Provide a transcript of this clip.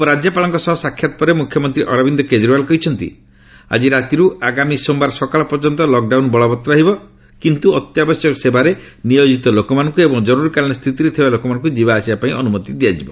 ଉପରାଜ୍ୟପାଳଙ୍କ ସହ ସାକ୍ଷାତ ପରେ ମୁଖ୍ୟମନ୍ତ୍ରୀ ଅରବିନ୍ଦ କେଜରିଓ୍ବାଲ୍ କହିଛନ୍ତି ଆଜି ରାତିରୁ ଆଗାମୀ ସୋମବାର ସକାଳ ପର୍ଯ୍ୟନ୍ତ ଲକ୍ଡାଉନ୍ ବଳବତ୍ତର ରହିବ କିନ୍ତୁ ଅତ୍ୟାବଶ୍ୟକୀୟ ସେବାରେ ନିୟୋଜିତ ଲୋକମାନଙ୍କୁ ଏବଂ ଜରୁରୀକାଳୀନ ସ୍ଥିତିରେ ଥିବା ଲୋକମାନଙ୍କୁ ଯିବା ଆସିବା ପାଇଁ ଅନୁମତି ଦିଆଯିବ